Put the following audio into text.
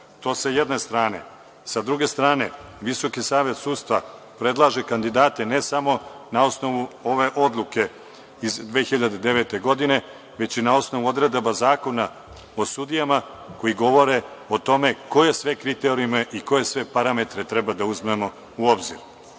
je sa jedne strane. Sa druge strane, Visoki savet sudstva predlaže kandidate ne samo na osnovu ove odluke iz 2009. godine, već i na osnovu odredaba Zakona o sudijama koje govore o tome koje sve kriterijume i koje sve parametre treba da uzmemo u obzir. Kada